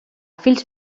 fills